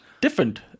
different